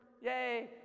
Yay